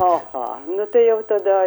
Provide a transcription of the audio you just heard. aha nu tai jau tada